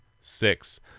six